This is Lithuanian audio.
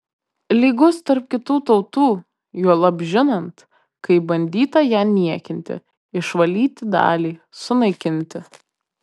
lygūs tarp kitų tautų juolab žinant kaip bandyta ją niekinti išvalyti dalį sunaikinti